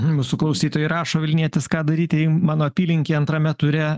mūsų klausytojai rašo vilnietis ką daryti jei mano apylinkėj antrame ture